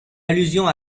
allusion